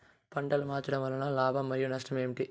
పంటలు మార్చడం వలన లాభం మరియు నష్టం ఏంటి